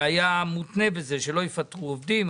זה היה מותנה בזה שלא יפוטרו עובדים.